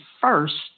first